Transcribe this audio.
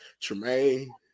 Tremaine